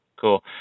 Cool